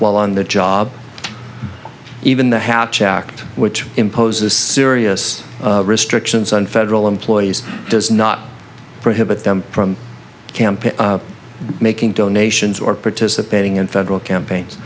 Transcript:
while on the job even the hatch act which imposes serious restrictions on federal employees does not prohibit them from camping making donations or participating in federal campaigns